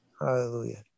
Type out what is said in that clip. Hallelujah